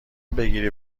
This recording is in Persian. بگیری